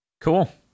Cool